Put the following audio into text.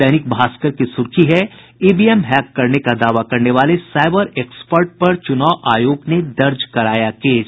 दैनिक भास्कर की सुर्खी है ईवीएम हैक करने का दावा करने वाले साईबर एक्सपर्ट पर चुनाव आयोग ने दर्ज कराया केस